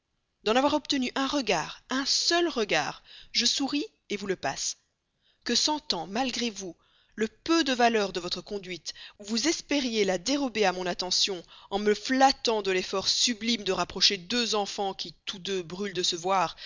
d'en avoir obtenu un regard un seul regard je souris vous le passe que sentant malgré vous le peu de valeur de votre conduite vous espériez la dérober à mon attention en me flattant de l'effort sublime de rapprocher deux enfants qui tous deux brûlent de se voir